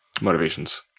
motivations